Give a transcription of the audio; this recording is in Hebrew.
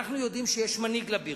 אנחנו יודעים שיש מנהיג לבירה.